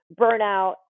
burnout